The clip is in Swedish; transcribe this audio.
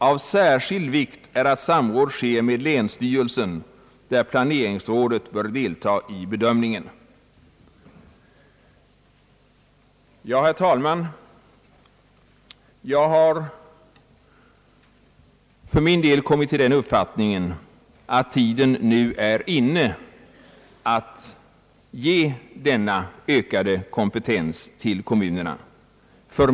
Av särskild vikt är att samråd sker med länsstyrelsen där planeringsrådet bör delta i bedömningen.» Herr talman! Jag har för min del kommit till den uppfattningen att tiden nu är inne att ge kommunerna den föreslagna ökade kompetensen.